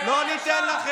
אנחנו,